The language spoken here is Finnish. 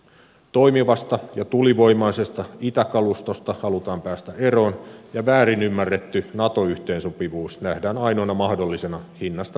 toimivasta ja tulivoimaisesta itäkalustosta halutaan päästä eroon ja väärinymmärretty nato yhteensopivuus nähdään ainoana mahdollisena hinnasta viis